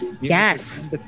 Yes